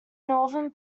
northern